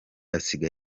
asiga